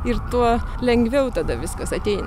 ir tuo lengviau tada viskas ateina